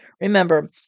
Remember